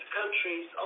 countries